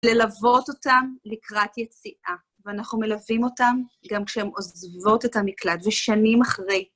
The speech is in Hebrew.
ללוות אותם לקראת יציאה, ואנחנו מלווים אותם גם כשהם עוזבות את המקלט, ושנים אחרי.